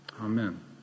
Amen